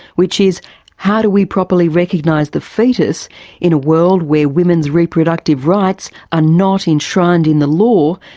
which is how do we properly recognise the foetus in a world where women's reproductive rights are not enshrined in the law,